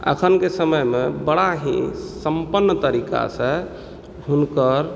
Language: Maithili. अखनके समयमे बड़ा ही सम्पन्न तरीकासँ हुनकर